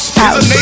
house